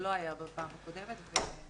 מה שלא היה בפעם הקודמת והוספנו.